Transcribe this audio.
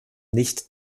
nicht